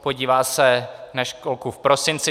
Podívá se na školku v prosinci.